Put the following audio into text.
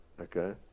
Okay